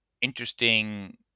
interesting